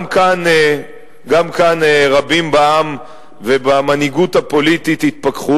גם כאן רבים בעם ובמנהיגות הפוליטית התפכחו,